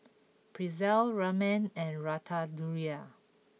Pretzel Ramen and Ratatouille